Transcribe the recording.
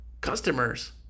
customers